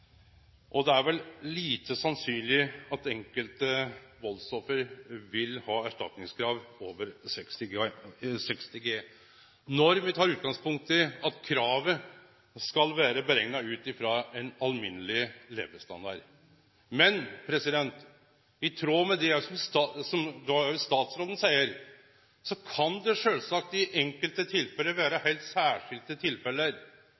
Det er vel lite sannsynleg at nokon valdsoffer vil ha erstatningskrav på over 60 G når me tek utgangspunkt i at kravet skal vere berekna ut frå ein alminneleg levestandard. Men i tråd med det statsråden òg seier, kan det sjølvsagt vere heilt særskilte tilfelle der det må vere